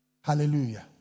Hallelujah